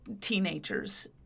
teenagers